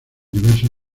diversos